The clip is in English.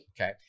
okay